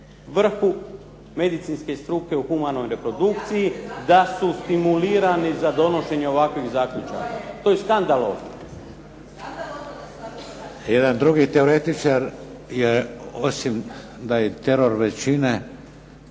vrhu medicinske struke u humanoj reprodukciji da su stimulirani za donošenje ovakvih zaključaka. To je skandalozno. **Šeks, Vladimir (HDZ)** Jedan drugi teoretičar je osim da je teror većine